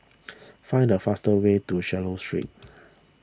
find the fastest way to Swallow Street